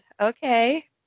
Okay